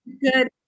good